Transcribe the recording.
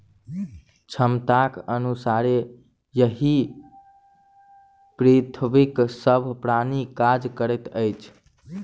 क्षमताक अनुसारे एहि पृथ्वीक सभ प्राणी काज करैत अछि